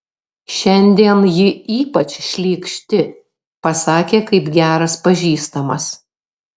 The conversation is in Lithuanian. šiandien ji ypač šlykšti pasakė kaip geras pažįstamas